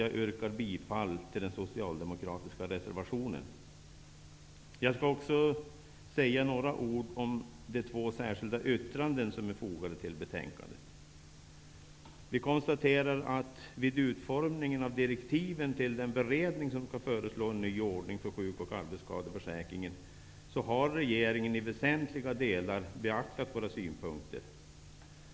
Jag yrkar bifall till den socialdemokratiska reservationen. Jag skall också säga några ord om de två särskilda yttranden som är fogade till betänkandet. Vi konstaterar att regeringen vid utformningen av direktiven till den beredning som skall föreslå en ny ordning för sjuk och arbetsskadeförsäkringen i väsentliga delar har beaktat våra synpunkter.